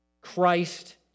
Christ